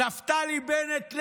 "נפתלי בנט,